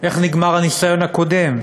איך נגמר הניסיון הקודם.